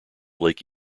lake